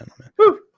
gentlemen